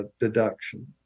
deduction